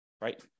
right